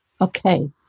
okay